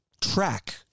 track